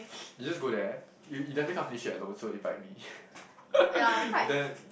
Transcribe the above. you just go there you you definitely can't finish it alone so invite me and then